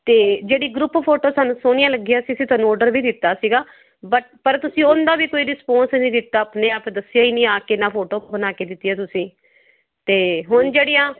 ਅਤੇ ਜਿਹੜੀ group photo ਸਾਨੂੰ ਸੋਹਣੀਆਂ ਲੱਗੀਆਂ ਸੀ ਅਸੀਂ ਤੁਹਾਨੂੰ ਆਰਡਰ ਵੀ ਦਿੱਤਾ ਸੀਗਾ ਬਟ ਪਰ ਤੁਸੀਂ ਉਹਦਾ ਵੀ ਕੋਈ ਰਿਸਪਾਂਸ ਨਹੀਂ ਦਿੱਤਾ ਆਪਣੇ ਆਪ ਦੱਸਿਆ ਹੀ ਨਹੀਂ ਆ ਅਤੇ ਨਾ ਫੋਟੋ ਬਣਾ ਕੇ ਦਿੱਤੀਆਂ ਤੁਸੀਂ ਅਤੇ ਹੁਣ ਜਿਹੜੀਆਂ